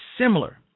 similar